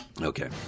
Okay